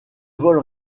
vols